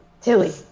Tilly